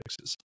fixes